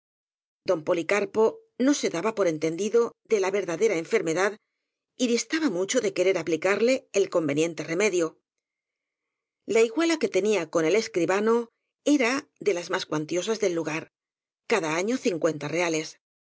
don policarpo no se daba por entendido de la verdadera enfermedad y distaba mucho de querer aplicarle el conveniente remedio la iguala que tenía con el escribano era de las más cuantio sas del lugar cada año cincuenta reales